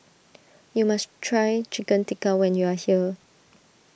you must try Chicken Tikka when you are here